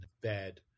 bed